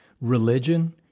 religion